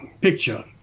picture